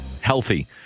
healthy